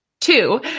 Two